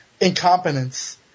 incompetence